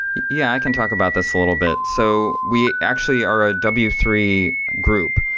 yeah, i can talk about this little bit. so we actually are a w three group.